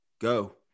go